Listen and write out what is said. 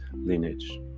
lineage